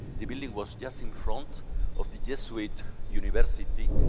the building was just in front of the jesuit university,